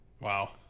Wow